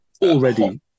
already